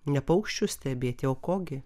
ne paukščių stebėti o ko gi